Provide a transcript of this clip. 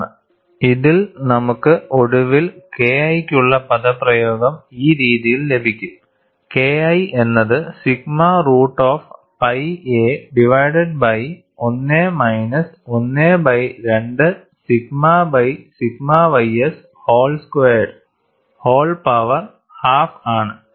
കാണുക സ്ലൈഡ് സമയം3547 ഇതിൽ നമുക്ക് ഒടുവിൽ KI ക്കുള്ള പദപ്രയോഗം ഈ രീതിയിൽ ലഭിക്കും KI എന്നത് sigma root of pi a divided by 1 minus 1 by 2 sigma by sigma ys whole squared whole power half ആണ്